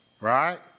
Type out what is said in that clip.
Right